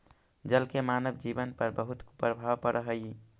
जल के मानव जीवन पर बहुत प्रभाव पड़ऽ हई